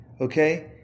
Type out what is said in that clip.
Okay